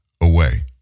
away